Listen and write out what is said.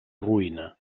roïna